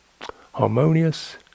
harmonious